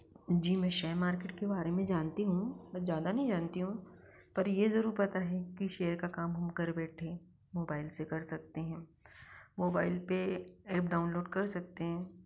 जी मैं share market के बारे में जानती हूँ पर ज्यादा नहीं जानती हूँ पर ये जरूर पता है कि शेयर का काम हम घर बैठे मोबाइल से कर सकते हैं मोबाइल पर एप्प डाउनलोड कर सकते हैं